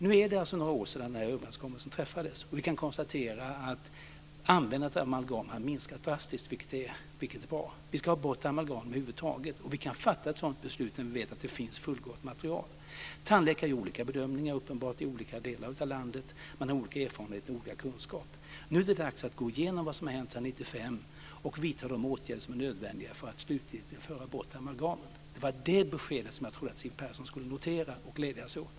Nu är det några år sedan den här överenskommelsen träffades, och vi kan konstatera att användandet av amalgam har minskat drastiskt. Det är bra - vi ska ha bort amalgam över huvud taget. Vi kan fatta ett sådant beslut när vi vet att det finns fullgott material. Tandläkare gör uppenbart olika bedömningar i olika delar av landet. Man har olika erfarenheter och olika kunskaper. Nu är det dags att gå igenom vad som har hänt sedan 1995 och vidta de åtgärder som är nödvändiga för att slutgiltigt föra bort amalgamet. Det var det beskedet som jag trodde att Siw Persson skulle notera och glädja sig åt.